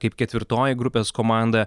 kaip ketvirtoji grupės komanda